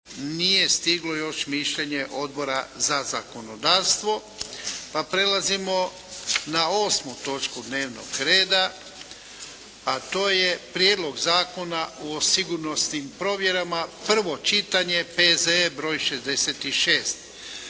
nije stiglo još mišljenje Odbora za zakonodavstvo pa prelazimo na 8. točku dnevnog reda a to je - Prijedlog Zakona o sigurnosnim provjerama, prvo čitanje, P.Z.E. broj 66.